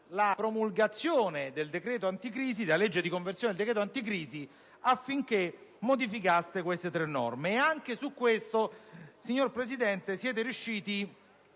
della promulgazione della legge di conversione del decreto anticrisi affinché modificasse queste tre norme. E anche su questo, signor Presidente, la maggioranza